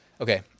Okay